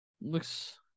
Looks